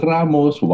Ramos